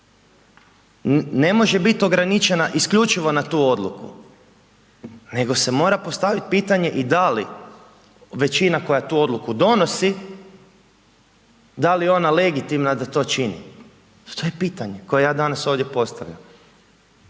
ne može biti ograničena isključivo na tu odluku nego se mora postaviti pitanje i da li većina koja tu odluku donosi da li je ona legitimna da to čini? To je pitanje koja ja danas ovdje postavljam.